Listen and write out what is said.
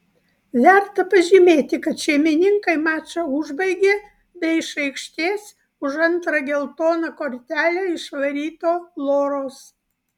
verta pažymėti kad šeimininkai mačą užbaigė be iš aikštės už antrą geltoną kortelę išvaryto loros